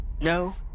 No